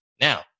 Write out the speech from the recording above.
Now